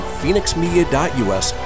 phoenixmedia.us